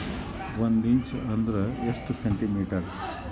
ಒಂದಿಂಚು ಅಂದ್ರ ಎಷ್ಟು ಸೆಂಟಿಮೇಟರ್?